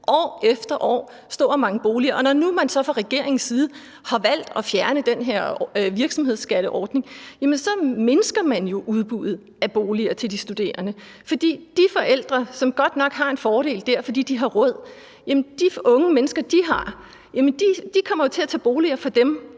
år efter år stå og mangle boliger. Og når nu man så fra regeringens side har valgt at fjerne den her virksomhedsskatteordning, mindsker man jo udbuddet af boliger til de studerende. Forældrene har godt nok en fordel dér, fordi de har råd til det, men deres børn kommer jo til at tage boliger fra dem,